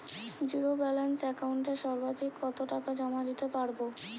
Zero balance একাউন্টে সর্বাধিক কত টাকা জমা দিতে পারব?